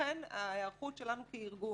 ולכן ההיערכות שלנו כארגון,